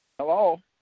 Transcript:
Hello